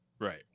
right